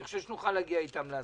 אני חושב שנוכל להגיע איתם להסכמה.